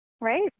right